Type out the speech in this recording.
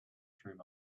through